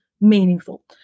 meaningful